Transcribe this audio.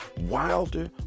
Wilder